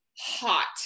hot